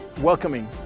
welcoming